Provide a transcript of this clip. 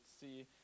see